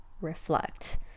reflect